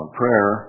prayer